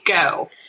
go